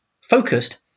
focused